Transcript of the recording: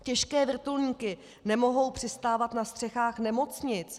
Těžké vrtulníky nemohou přistávat na střechách nemocnic.